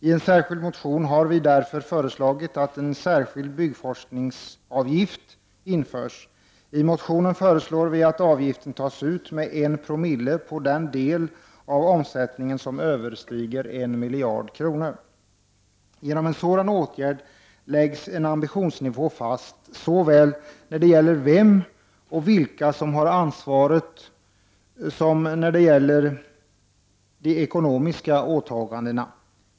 I en motion har vi därför föreslagit att en särskild byggforskningsavgift införs. I motionen föreslår vi att avgiften tas ut med 1960 på den del av omsättningen som överstiger 1 miljard kronor. Genom en sådan åtgärd läggs en ambitionsnivå fast såväl när det gäller vem och vilka som har ansvaret som när det gäller de ekonomiska åtagandena.